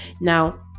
Now